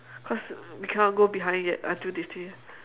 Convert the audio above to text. cause we cannot go behind yet until they say